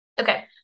Okay